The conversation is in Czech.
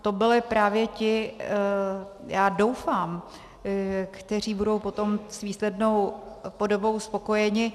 To byli právě ti, já doufám, kteří budou potom s výslednou podobou spokojeni.